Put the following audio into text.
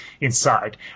inside